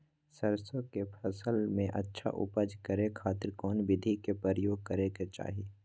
सरसों के फसल में अच्छा उपज करे खातिर कौन विधि के प्रयोग करे के चाही?